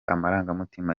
amarangamutima